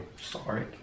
Sorry